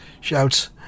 shouts